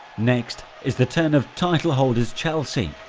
next is the turn of title-holders chelsea.